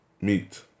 meat